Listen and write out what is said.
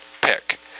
pick